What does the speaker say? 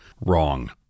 Wrong